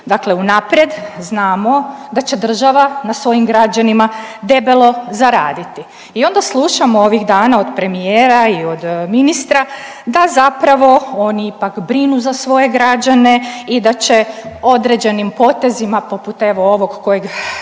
dakle unaprijed znamo da će država na svojim građanima debelo zaraditi i onda slušamo ovih dana od premijera i od ministra da zapravo oni ipak brinu za svoje građane i da će određenim potezima, poput evo ovog kojeg